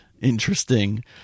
interesting